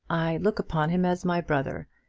i look upon him as my brother,